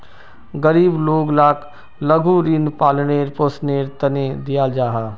गरीब लोग लाक लघु ऋण पालन पोषनेर तने दियाल जाहा